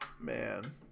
Man